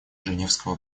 женевского